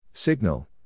Signal